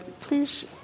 please